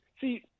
See